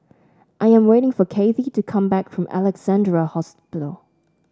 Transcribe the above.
I am waiting for Cathy to come back from Alexandra Hospital